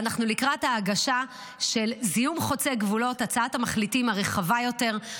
ואנחנו לקראת ההגשה של הצעת מחליטים רחבה יותר על זיהום חוצה גבולות.